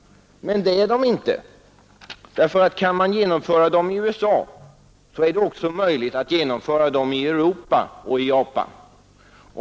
Ja självklart, men det är inte så. Kan man genomföra kraven i USA, är det också möjligt att genomföra dem i Europa och Japan.